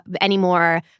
anymore